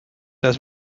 das